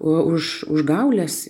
už užgaules